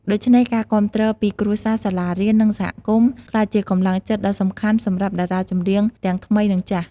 ដូច្នេះ ការគាំទ្រពីគ្រួសារ សាលារៀន និងសហគមន៍ក្លាយជាកម្លាំងចិត្តដ៏សំខាន់សម្រាប់តារាចម្រៀងទាំងថ្មីនិងចាស់។